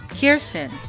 Kirsten